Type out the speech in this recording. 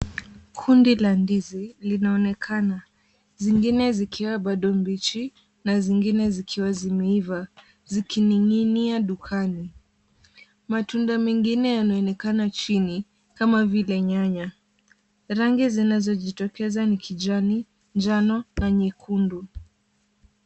Kundi la ndizi linaonekana, zingine zikiwa bado mbichi na zingine zikiwa zimeiva , zikining'inia dukani , matunda mengine yanaonekana chini kama vile nyanya. Rangi zinazojitokeza ni kijani , manjano na nyekundu.